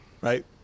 Right